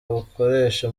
bukoresha